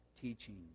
teaching